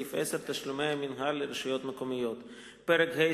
סעיף 10 (תשלומי המינהל לרשויות מקומיות); פרק ה',